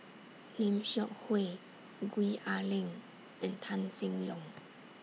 Lim Seok Hui Gwee Ah Leng and Tan Seng Yong